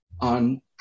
on